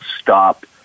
stop